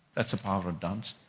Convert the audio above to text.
that's the power of dance,